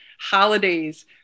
holidays